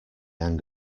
hang